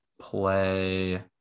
play